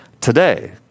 today